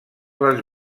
les